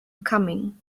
coming